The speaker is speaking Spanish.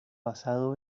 basado